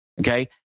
okay